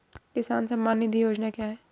किसान सम्मान निधि योजना क्या है?